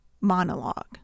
monologue